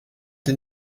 des